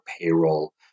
payroll